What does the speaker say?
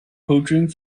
poaching